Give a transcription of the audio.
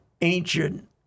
ancient